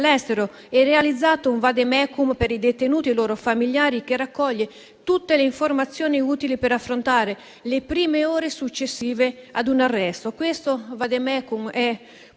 all'estero e realizzato un *vademecum* per i detenuti e i loro familiari che raccoglie tutte le informazioni utili per affrontare le prime ore successive ad un arresto. Questo *vademecum* è